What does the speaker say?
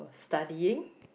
studying